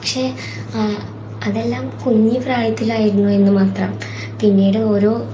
പക്ഷെ അതെല്ലാം കുഞ്ഞി പ്രായത്തിലായിരുന്നു എന്ന് മാത്രം പിന്നീട് ഓരോ